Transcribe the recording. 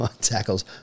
tackles